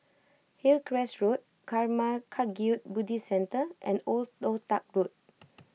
Hillcrest Road Karma Kagyud Buddhist Centre and Old Toh Tuck Road